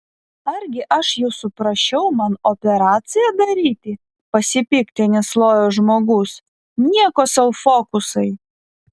argi aš jūsų prašiau man operaciją daryti pasipiktinęs lojo žmogus nieko sau fokusai